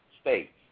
states